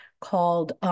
called